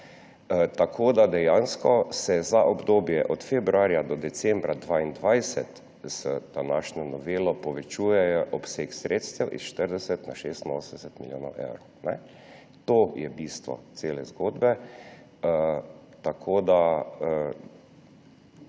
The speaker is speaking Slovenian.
seje. Dejansko se za obdobje od februarja do decembra 2022 z današnjo novelo povečuje obseg sredstev s 40 na 86 milijonov evrov. To je bistvo cele zgodbe.